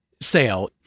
sale